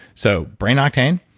so brain octane,